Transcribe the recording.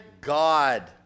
God